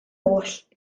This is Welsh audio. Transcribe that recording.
oll